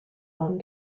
own